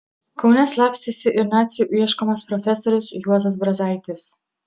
kaune slapstėsi ir nacių ieškomas profesorius juozas brazaitis